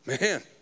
man